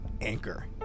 Anchor